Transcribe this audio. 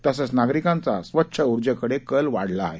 तसंच नागरिकांचा स्वच्छ उर्जेकडे कल वाढला आहे